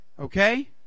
Okay